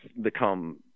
become